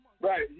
Right